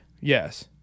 yes